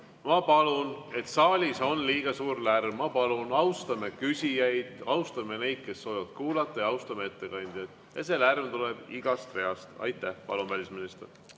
ma palun, saalis on liiga suur lärm. Palun austame küsijaid ja austame neid, kes soovivad kuulata, ja austame ettekandjat. Ja see lärm tuleb igast reast. Aitäh! Palun, välisminister!